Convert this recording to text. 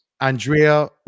Andrea